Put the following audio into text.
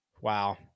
Wow